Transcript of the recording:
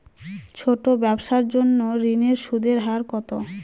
ছোট ব্যবসার জন্য ঋণের সুদের হার কত?